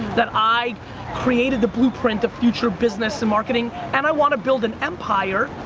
that i created the blueprint, the future business and marketing, and i wanna build an empire,